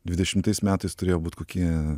dvidešimtais metais turėjo būt kokie